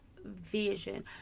Vision